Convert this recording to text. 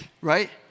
right